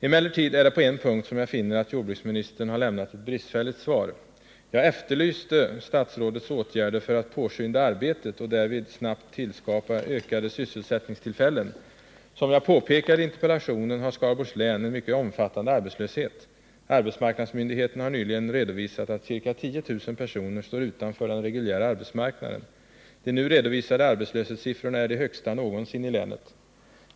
Emellertid är det på en punkt jag finner att jordbruksministern har lämnat ett bristfälligt svar. Jag efterlyste statsrådets åtgärder för att påskynda arbetet och därvid snabbt tillskapa ökade sysselsättningstillfällen. Som jag påpekade i interpellationen har Skaraborgs län en mycket omfattande arbetslöshet. Arbetsmarknadsmyndigheterna har nyligen redovisat att ca 10 000 personer står utanför den reguljära arbetsmarknaden. De nu redovisade arbetslöshetssiffrorna är de högsta någonsin i länet.